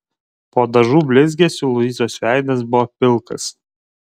po dažų blizgesiu luizos veidas buvo pilkas